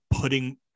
putting